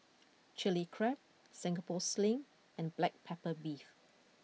Chilli Crab Singapore Sling and Black Pepper Beef